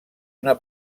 una